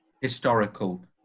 historical